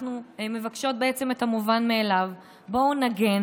אנחנו מבקשות בעצם את המובן מאליו: בואו נגן,